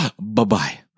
Bye-bye